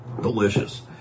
Delicious